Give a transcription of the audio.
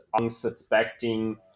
unsuspecting